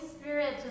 Spirit